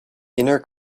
inner